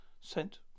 sent